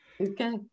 Okay